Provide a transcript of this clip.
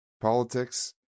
politics